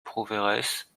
prouveiresse